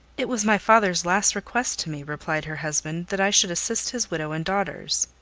it was my father's last request to me, replied her husband, that i should assist his widow and daughters.